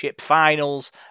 Finals